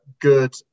good